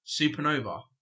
Supernova